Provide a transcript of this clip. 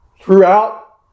throughout